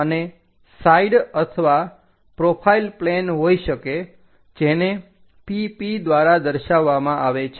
અને સાઈડ અથવા profile plane હોય શકે જેને PP દ્વારા દર્શાવવામાં આવે છે